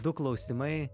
du klausimai